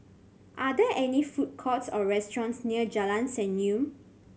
are there any food courts or restaurants near Jalan Senyum